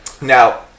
Now